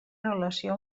relació